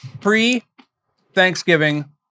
Pre-Thanksgiving